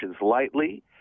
lightly